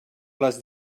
les